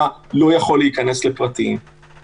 אבל אנחנו בעיצומה של מגפה חברתית ואני